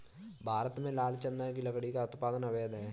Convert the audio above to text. भारत में लाल चंदन की लकड़ी का उत्पादन अवैध है